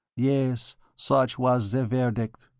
yes, such was the verdict.